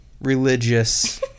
Religious